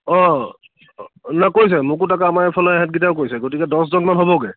অঁ নাই কৈছে মোকো তাকে আমাৰ এফালৰ এহেঁতকেইটাও কৈছে গতিকে দহজনমান হ'বগৈ